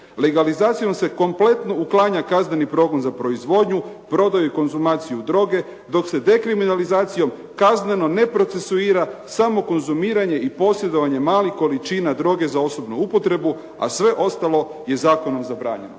Legalizacijom se kompletno uklanja kazneni progon za proizvodnju, prodaju i konzumaciju droge, dok se dekriminalizacijom kazneno ne procesuira samo konzumiranje i posjedovanje malih količina droge za osobnu upotrebu, a sve ostalo je zakonom zabranjeno.